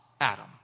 Adam